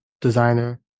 designer